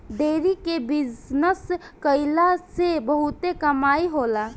dairy के business कईला से बहुते कमाई होला